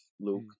Luke